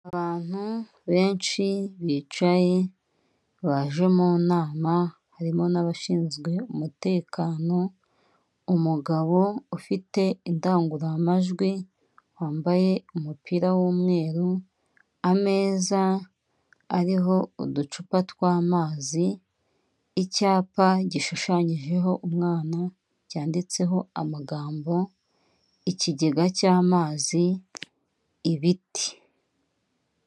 Abantu benshi bicaye baje mu nama, harimo n'abashinzwe umutekano, umugabo ufite indangururamajwi, wambaye umupira w'umweru, ameza ariho uducupa tw'amazi, icyapa gishushanyijeho umwana cyanditseho amagambo, ikigega cy'amazi, ibiti.